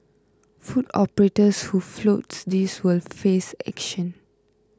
food operators who flouts this will face action